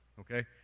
okay